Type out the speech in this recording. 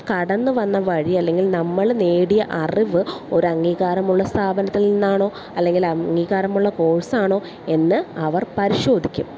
കടന്ന് വന്ന വഴി അല്ലെങ്കിൽ നമ്മൾ നേടിയ അറിവ് ഒരു അംഗീകാരമുള്ള സ്ഥാപനത്തിൽ നിന്നാണോ അല്ലെങ്കിൽ അംഗീകാരമുള്ള കോഴ്സാണോ എന്ന് അവർ പരിശോധിക്കും